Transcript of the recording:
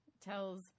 tells